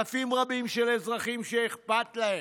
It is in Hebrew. אלפים רבים של אזרחים שאכפת להם,